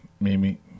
Mimi